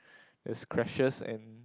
there's crashes and